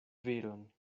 viron